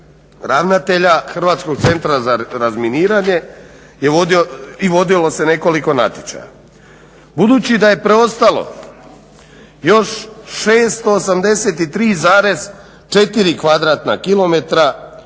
ravnatelja Hrvatskog centra za razminiranje, je vodio i vodilo se nekoliko natječaja. Budući da je preostalo još 683,4